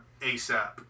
ASAP